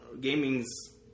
gaming's